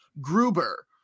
Gruber